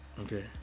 Okay